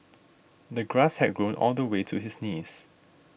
the grass had grown all the way to his knees